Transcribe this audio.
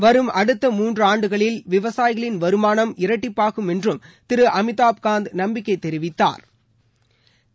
வரும் அடுத்த மூன்றாண்டுகளில் விவசாயிகளின் வருமானம் இரட்டிப்பாகும் என்றும் திரு அமிதாப்காந்த் நம்பிக்கை தெரிவித்தாா்